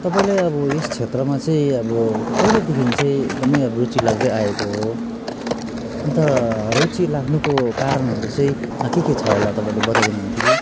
तपाईँलाई अब यस क्षेत्रमा चाहिँ अब कहिलेदेखि चाहिँ एकदमै अब रुचि लाग्दैआएको हो अन्त रुचि लाग्नुको कारणहरू चाहिँ के के छ होला तपाईँले बताइदिनु हुन्थ्यो कि